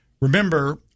Remember